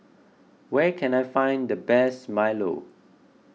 where can I find the best Milo